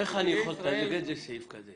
איך אני יכול להתנגד לסעיף כזה?